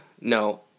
No